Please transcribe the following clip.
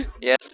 Yes